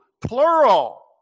plural